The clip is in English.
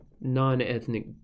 non-ethnic